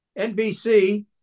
NBC